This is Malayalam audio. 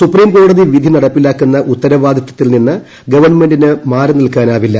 സുപ്രീംകോ ടതി വിധി നടപ്പിലാക്കുന്ന ഉത്തരവാദിത്തത്തിൽ നിന്ന് ഗവണ്മെന്റിന് മാറിനിൽക്കാനാവില്ല